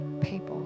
people